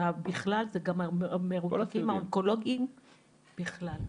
ובכלל זה גם המרותקים האונקולוגיים, בכלל.